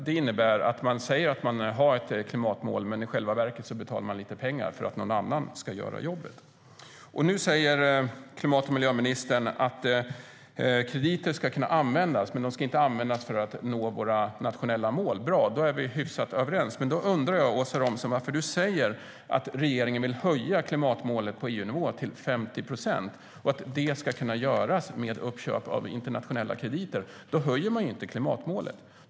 Det innebär att man har ett klimatmål men i själva verket betalar lite pengar för att någon annan ska göra jobbet. Nu säger klimat och miljöministern att krediter ska kunna användas men att de inte ska användas för att nå våra nationella mål. Det är bra. Då är vi hyfsat överens. Men då undrar jag, Åsa Romson, varför du säger att regeringen vill höja klimatmålet på EU-nivå till 50 procent och att det ska kunna göras genom uppköp av internationella krediter. Då höjer man ju inte klimatmålet.